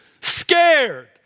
scared